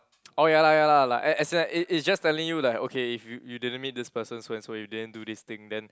oh ya lah ya lah like as as in like it it's just telling you like okay if you you didn't meet this person so and so you didn't do this thing then